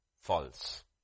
false